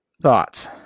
Thoughts